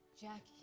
Jackie